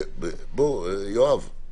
יואב,